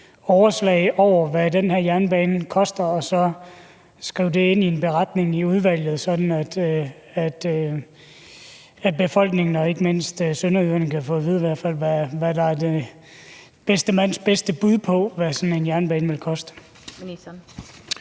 overslag over, hvad den her jernbane koster, og så skrive det ind i en beretning i udvalget, sådan at befolkningen og ikke mindst sønderjyderne kan få at vide, hvad der i hvert fald er bedste mands bedste bud på, hvad sådan en jernbane vil koste.